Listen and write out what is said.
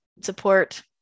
support